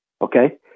okay